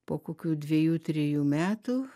po kokių dvejų trejų metų